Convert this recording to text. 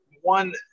one